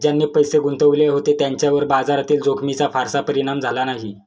ज्यांनी पैसे गुंतवले होते त्यांच्यावर बाजारातील जोखमीचा फारसा परिणाम झाला नाही